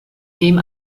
dem